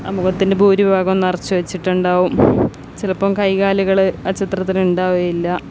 ആ മുഖത്തിൻ്റെ ഭൂരിഭാഗവും നിറച്ച് വെച്ചിട്ടുണ്ടാകും ചിലപ്പം കൈ കാലുകൾ ആ ചിത്രത്തിന് ഉണ്ടാകുകയേ ഇല്ല